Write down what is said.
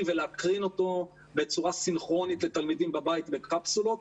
ולהקרין אותו בצורה סינכרונית לתלמידים בבית בקפסולות,